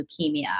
leukemia